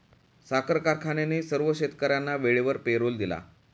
साखर कारखान्याने सर्व शेतकर्यांना वेळेवर पेरोल दिला